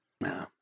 No